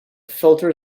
filter